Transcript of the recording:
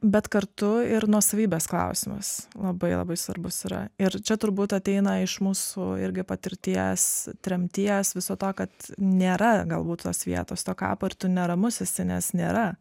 bet kartu ir nuosavybės klausimas labai labai svarbus yra ir čia turbūt ateina iš mūsų irgi patirties tremties viso to kad nėra galbūt tos vietos to kapo ir tu neramus esi nes nėra